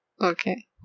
Okay